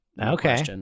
Okay